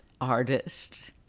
artist